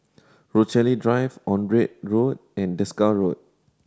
Rochalie Drive Onraet Road and Desker Road